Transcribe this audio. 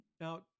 Now